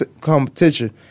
competition